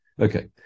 Okay